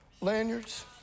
lanyards